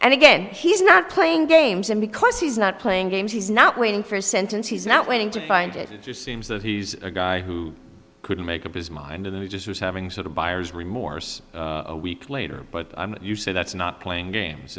and again he's not playing games and because he's not playing games he's not waiting for a sentence he's not waiting to find it just seems that he's a guy who couldn't make up his mind and he just was having sort of buyer's remorse a week later but you say that's not playing games